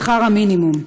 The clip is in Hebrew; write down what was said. שכר המינימום.